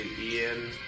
Ian